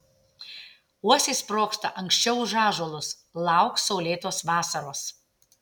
uosiai sprogsta anksčiau už ąžuolus lauk saulėtos vasaros